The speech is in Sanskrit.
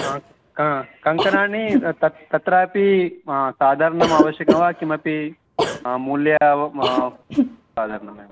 हा क क्ङ्कणानि तत् तत्रापि साधारणम् आवश्यकं वा किमपि मूल्यम् एवं साधारणमेव